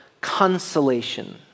consolation